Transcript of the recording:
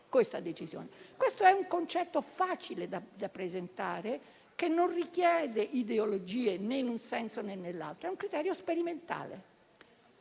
questa decisione. Questo è un concetto facile da rappresentare, che non richiede ideologie né in un senso, né nell'altro. È un criterio sperimentale.